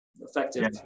effective